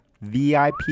VIP